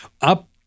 Up